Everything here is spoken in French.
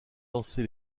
lancer